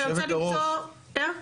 אני רוצה למצוא--- יושבת הראש,